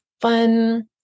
fun